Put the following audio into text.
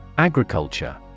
Agriculture